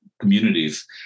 communities